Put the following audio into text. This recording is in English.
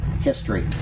history